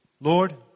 Lord